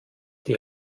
die